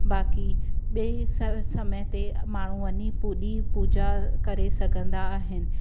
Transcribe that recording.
बाकी ॿिए सर समय ते माण्हू वञी पुॼी पूॼा करे सघंदा आहिनि